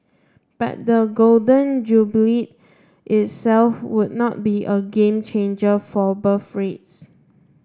but the Golden Jubilee itself would not be a game changer for birth rates